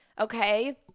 okay